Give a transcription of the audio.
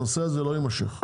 הנושא הזה לא יימשך.